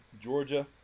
Georgia